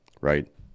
right